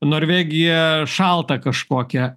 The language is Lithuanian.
norvegiją šaltą kažkokią